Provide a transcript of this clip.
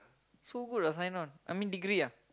so good ah sign on I mean degree ah